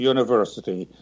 University